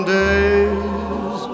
days